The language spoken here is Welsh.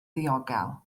ddiogel